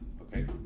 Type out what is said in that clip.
Okay